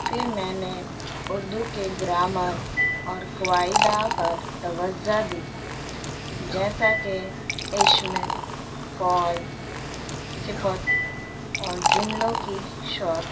پھر میں نے اردو کے گرامر اور قواہائدہ پر توزہ دی جیسا کہ عشم فول صفت اور جملوں کی شوق